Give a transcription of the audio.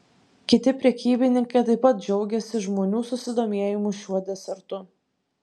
kiti prekybininkai taip pat džiaugėsi žmonių susidomėjimu šiuo desertu